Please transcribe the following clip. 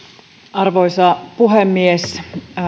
arvoisa puhemies